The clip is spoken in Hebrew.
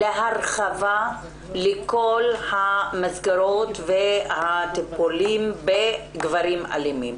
להרחבה לכל המסגרות והטיפולים בגברים אלימים.